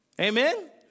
Amen